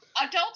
Adults